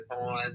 on